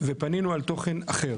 ופנינו על תוכן אחר